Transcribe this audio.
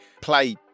play